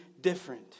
different